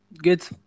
Good